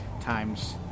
Times